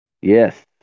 Yes